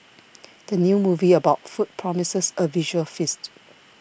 the new movie about food promises a visual feast